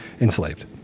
enslaved